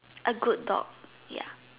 a good dog ya